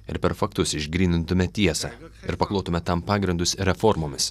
ir per faktus išgrynintume tiesą ir paklotume tam pagrindus reformomis